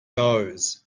does